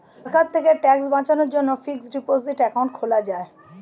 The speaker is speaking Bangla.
সরকার থেকে ট্যাক্স বাঁচানোর জন্যে ফিক্সড ডিপোসিট অ্যাকাউন্ট খোলা যায়